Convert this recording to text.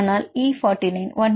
ஆனால் E49